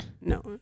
No